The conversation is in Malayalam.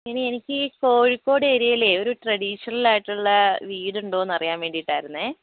എടീ എനിക്ക് ഈ കോഴിക്കോട് എരിയയിലേ ഒരു ട്രഡീഷണൽ ആയിട്ടുള്ള വീടുണ്ടോ എന്നറിയാൻ വേണ്ടിയിട്ടാരുന്നേ